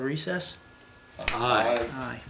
recess hi